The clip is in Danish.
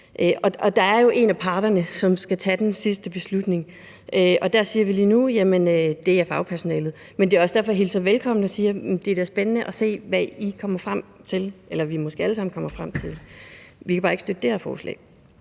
er jo en af parterne, som skal tage den sidste beslutning. Og der siger vi lige nu: Jamen det er fagpersonalet. Men det er også derfor, jeg hilser det velkommen og siger, at det da er spændende at se, hvad I kommer frem til, eller hvad vi måske alle